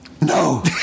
No